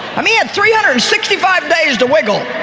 i mean, he had three hundred and sixty five days to wiggle.